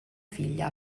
figlia